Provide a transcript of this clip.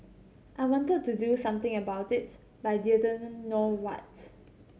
I wanted to do something about it but I didn't know what